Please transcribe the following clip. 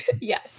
Yes